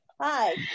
Hi